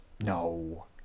No